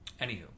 anywho